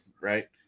right